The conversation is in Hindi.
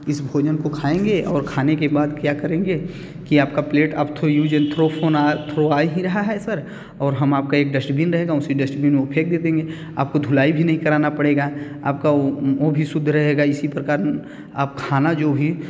इस भोजन को खाएँगे और खाने के बाद क्या करेंगे कि आपका प्लेट अब तो यूज एन थ्रो वो ना आ ही रहा है सर और हम आपका एक डश्टबिन रहेगा उसी डश्टबिन में फेंक दे देंगे आपको धुलाई भी नहीं कराना पड़ेगा आपका वो वो भी शुद्ध रहेगा इसी प्रकार आप खाना जो भी